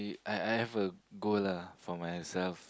I I have a goal ah for myself